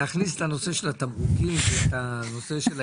זה תיקון חדש.